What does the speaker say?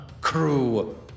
crew